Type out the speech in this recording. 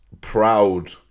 proud